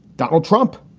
donald trump,